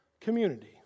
community